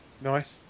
Nice